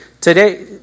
today